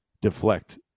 deflect